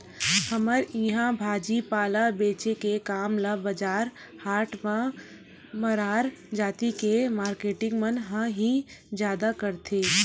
हमर इहाँ भाजी पाला बेंचे के काम ल बजार हाट म मरार जाति के मारकेटिंग मन ह ही जादा करथे